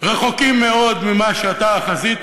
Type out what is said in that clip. רחוקים מאוד ממה שאתה חזית,